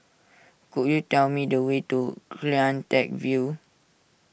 could you tell me the way to CleanTech View